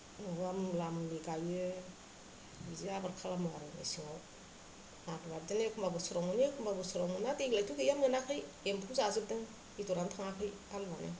माबा मुला मुलि गायो बिदि आबाद खालामो आरो मेसेङाव आलुवा बिदिनो एखम्बा बोसोराव मोनो अबेबा बोसोराव मोना देग्लायथ' गैया मोनाखै एम्फौ जाजोबदों बेदरानो थाङाखै आलुआनो